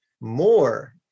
more